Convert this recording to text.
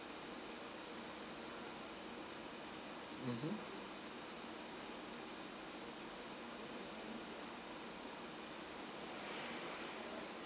mmhmm